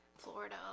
Florida